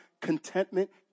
contentment